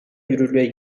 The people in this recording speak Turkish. yürürlüğe